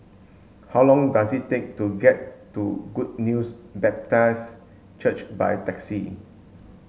how long does it take to get to Good News Baptist Church by taxi